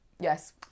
Yes